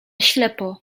ślepo